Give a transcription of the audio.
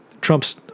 Trump's